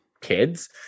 kids